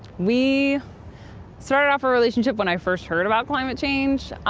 we started off a relationship when i first heard about climate change.